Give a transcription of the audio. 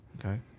Okay